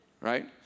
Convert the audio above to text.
right